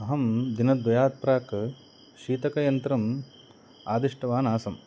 अहं दिनद्वयात् प्राक् शीतकयन्त्रम् आदिष्टवान् आसम्